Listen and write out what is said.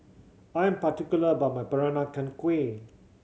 I am particular about my Peranakan Kueh